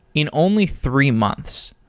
in only three months,